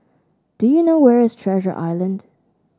do you know where is Treasure Island